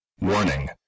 Warning